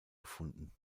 gefunden